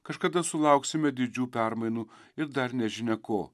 kažkada sulauksime didžių permainų ir dar nežinia ko